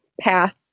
path